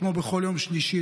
כמו בכל יום שלישי,